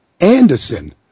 Anderson